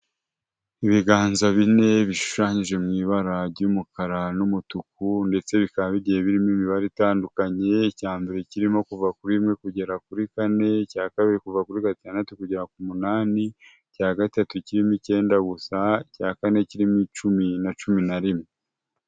Ibiganza bine bishushanyije mu ibara ry'umukara n'umutuku ndetse bikaba bigiye birimo imibare itandukanye, icya mbere kirimo kuva kuri rimwe kugera kuri kane, icya kabiri kuva kuri gatandatu kugera ku munani, icya gatatu kirimo icyenda gusa, icya kane kirimo icumi na cumi na rimwe.